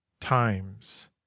times